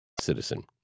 Citizen